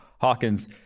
Hawkins